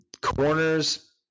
corners